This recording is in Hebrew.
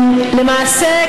למעשה,